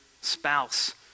spouse